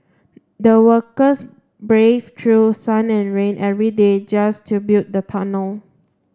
the workers braved through sun and rain every day just to build the tunnel